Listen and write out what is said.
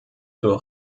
zur